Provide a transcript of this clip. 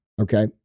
Okay